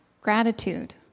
gratitude